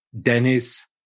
Dennis